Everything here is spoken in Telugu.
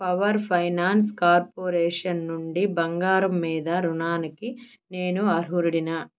పవర్ ఫైనాన్స్ కార్పోరేషన్ నుండి బంగారం మీద రుణానికి నేను అర్హుడినా